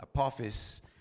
Apophis